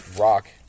rock